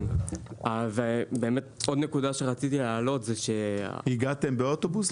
הגעתם לפה באוטובוס?